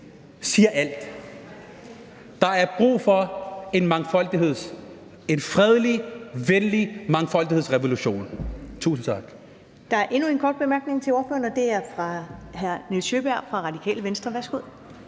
siger alt. Der er brug for en fredelig, venlig mangfoldighedsrevolution. Tusind tak.